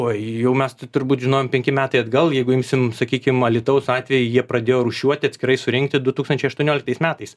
oi jau mes tai turbūt žinojom penki metai atgal jeigu imsim sakykim alytaus atvejį jie pradėjo rūšiuoti atskirai surinkti du tūkstančiai aštuonioliktais metais